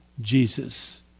Jesus